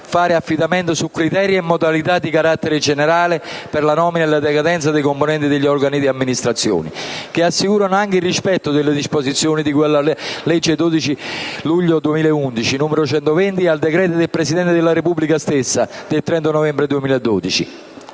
fare affidamento su criteri e modalità di carattere generale per la nomina e la decadenza dei componenti degli organi di amministrazione, in modo da assicurare anche il rispetto delle disposizioni di cui alla legge 12 luglio 2011, n. 120, e al decreto del Presidente della Repubblica del 30 novembre 2012,